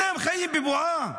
אתם חיים בבועה.